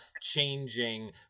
changing